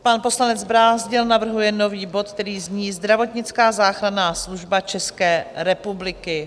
Pan poslanec Brázdil navrhuje nový bod, který zní: Zdravotnická záchranná služba České republiky.